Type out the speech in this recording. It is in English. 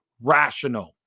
rational